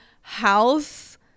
house